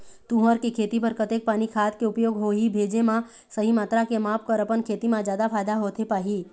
तुंहर के खेती बर कतेक पानी खाद के उपयोग होही भेजे मा सही मात्रा के माप कर अपन खेती मा जादा फायदा होथे पाही?